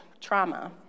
trauma